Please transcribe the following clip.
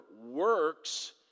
works